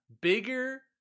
bigger